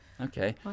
okay